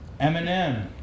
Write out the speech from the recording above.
Eminem